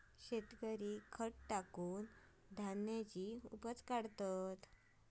शेतकरी खत टाकान धान्याची उपज काढतत